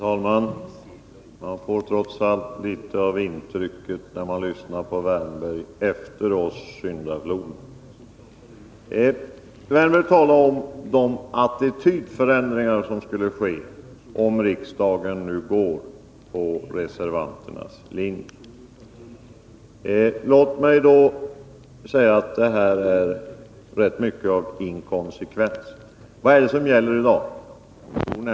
Herr talman! Det som faller en i tankarna när man lyssnar på Erik Wärnberg är: Efter oss syndafloden. Erik Wärnberg talade om att det skulle uppfattas som en attitydförändring om riksdagen följde reservanternas linje. Men här finns rätt mycket av inkonsekvens. Vad är det som gäller i dag?